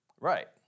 Right